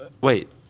Wait